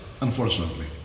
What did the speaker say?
Unfortunately